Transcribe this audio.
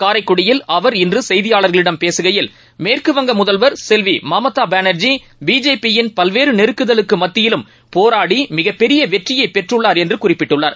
காரைக்குடியில் அவர் இன்றுசெய்தியாளர்களிடம் பேசுகையில் மேற்குவங்கமுதல்வர் செல்விமம்தாபானர்ஜி பிஜேபியின் பல்வேறுநெருக்குதலுக்குமத்தியிலும் போராடிமிகப்பெரியவெற்றியைபெற்றுள்ளார் என்றுகுறிப்பிட்டுள்ளார்